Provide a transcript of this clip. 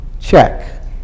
check